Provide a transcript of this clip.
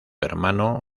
hermano